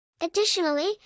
Additionally